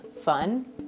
fun